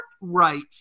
right